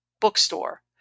bookstore